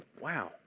Wow